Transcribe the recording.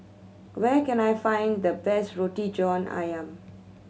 where can I find the best Roti John Ayam